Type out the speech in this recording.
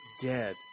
dead